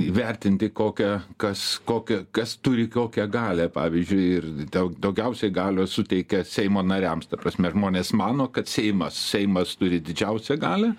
įvertinti kokią kas kokią kas turi kokią galią pavyzdžiui ir daug daugiausiai galios suteikia seimo nariams ta prasme žmonės mano kad seimas seimas turi didžiausią galią